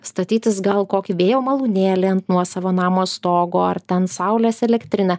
statytis gal kokį vėjo malūnėlį ant nuosavo namo stogo ar ten saulės elektrinę